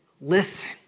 listen